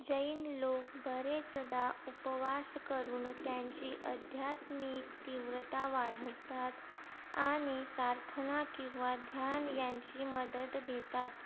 जैन लोक बरेचदा उपवास करून त्यांची अध्यात्मिक तीव्रता वाढवतात आणि प्रार्थना किंवा ध्यान यांची मदत घेतात